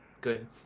Good